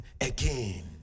again